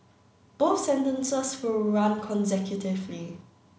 both sentences will run consecutively